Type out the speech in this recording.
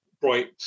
bright